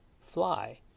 fly